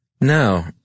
No